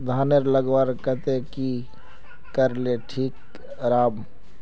धानेर लगवार केते की करले ठीक राब?